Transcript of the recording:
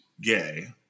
gay